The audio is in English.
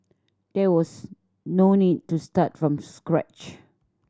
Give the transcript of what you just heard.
there was no need to start from scratch